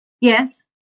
Yes